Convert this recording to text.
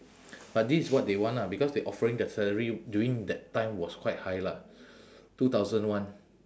but this is what they want lah because they offering that salary during that time was quite high lah two thousand one